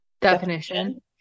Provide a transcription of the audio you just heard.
definition